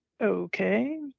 okay